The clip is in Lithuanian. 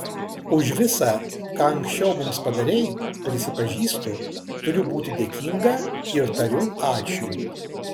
už visa ką anksčiau mums padarei prisipažįstu turiu būti dėkinga ir tariu ačiū